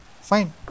Fine